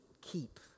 keep